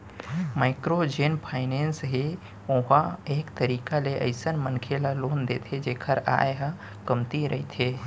micro जेन finance हे ओहा एक तरीका ले अइसन मनखे ल लोन देथे जेखर आय ह कमती रहिथे